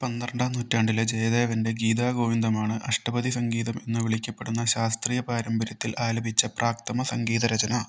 പന്ത്രണ്ടാം നൂറ്റാണ്ടിലെ ജയദേവൻ്റെ ഗീതാ ഗോവിന്ദമാണ് അഷ്ടപദി സംഗീതം എന്ന് വിളിക്കപ്പെടുന്ന ശാസ്ത്രീയ പാരമ്പര്യത്തിൽ ആലപിച്ച പ്രാക്തമ സംഗീത രചന